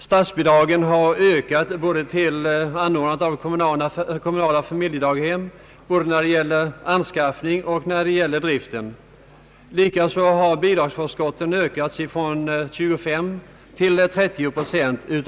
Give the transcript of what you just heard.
Statsbidragen till kommunala familjedaghem har ökat både när det gäller anskaffningen och när det gäller driften. Likaså har bidragsförskotten ökat från 25 till 30 procent.